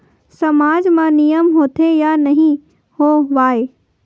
सामाज मा नियम होथे या नहीं हो वाए?